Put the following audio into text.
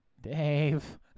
Dave